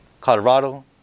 colorado